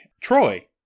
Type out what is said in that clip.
Troy